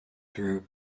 through